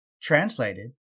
Translated